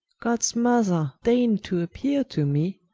gods mother deigned to appeare to me,